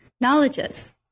knowledges